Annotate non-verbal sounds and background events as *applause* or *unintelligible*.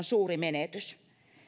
*unintelligible* suuri menetys